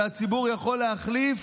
שהציבור יכול להחליף.